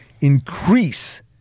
increase